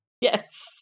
Yes